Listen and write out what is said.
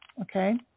okay